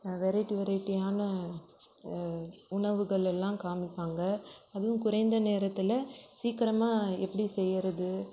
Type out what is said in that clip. variety வெரைட்டியான உணவுகள் எல்லாம் காமிப்பாங்க அதுவும் குறைந்த நேரத்தில் சீக்கரமாக எப்படி செய்யறது